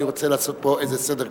אני רוצה לעשות פה איזה סדר קטן.